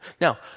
Now